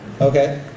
Okay